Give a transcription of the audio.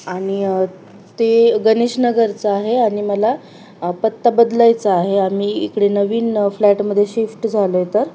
आणि ते गणेश नगरचं आहे आणि मला पत्ता बदलायचा आहे आम्ही इकडे नवीन फ्लॅटमधे शिफ्ट झालो आहे तर